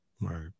Right